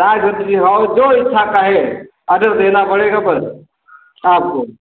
साग सब्जी खाओ जो इच्छा कहें ऑर्डर देना पड़ेगा पर आपको